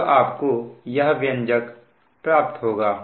तब आपको यह व्यंजक प्राप्त होगा